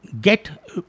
get